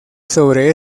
sobre